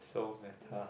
so